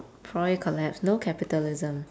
probably collapse no capitalism